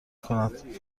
کند